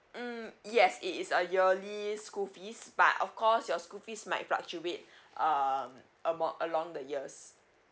mm yes it is a yearly school fees but of course your school fees might fluctuate um among along the years